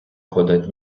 понад